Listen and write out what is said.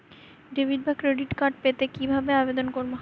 Debit বা credit card পেতে কি ভাবে আবেদন করব?